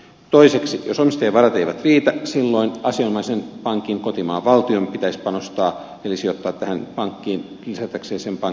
toiseksi jos omistajan varat eivät riitä silloin asianomaisen pankin kotimaan valtion pitäisi panostaa eli sijoittaa tähän pankkiin lisätäkseen sen pankin vakavaraisuutta